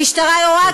המשטרה יורה,